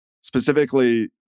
specifically